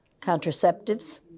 contraceptives